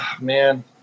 man